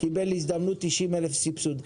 קיבל הזדמנות של 90,000 סבסוד.